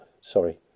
sorry